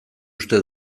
uste